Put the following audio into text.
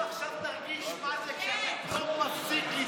עכשיו תרגיש מה זה כשאתה לא מפסיק לצעוק ולהפריע.